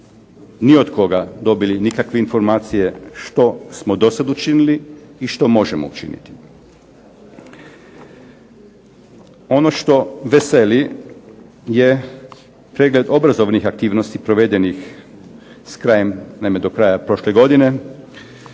ni od koga dobili nikakve informacije što smo dosad učinili i što možemo učiniti. Ono što veseli je pregled obrazovnih aktivnosti provedenih s krajem, naime do kraja prošle godine.